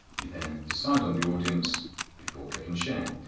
you then decide on the audience before clicking share.